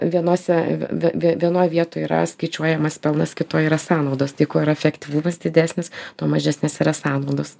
vienose vie vienoj vietoj yra skaičiuojamas pelnas kitoj yra sąnaudos tai kuo yra efektyvumas didesnis tuo mažesnės yra sąnaudos